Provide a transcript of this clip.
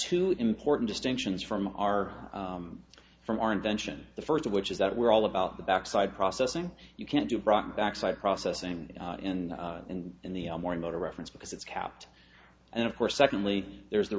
two important distinctions from our from our invention the first of which is that we're all about the back side processing you can't do brought back side processing in in the morning not a reference because it's kept and of course secondly there's the